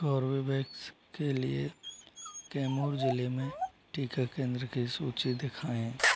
Corbevax के लिए कैमूर ज़िले में टीका केंद्र की सूची दिखाएँ